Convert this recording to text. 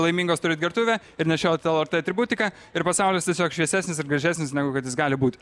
laimingos turit gertuvę ir nešiojat lrt atributiką ir pasaulis tiesiog šviesesnis ir gražesnis negu kad jis gali būti